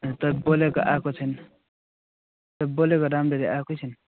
तपाईँ बोलेको आएको छैन तपाईँ बोलेको राम्ररी आएकै छैन